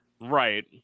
right